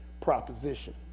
proposition